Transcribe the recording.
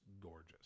gorgeous